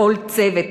בכל צוות,